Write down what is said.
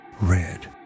Red